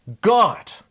God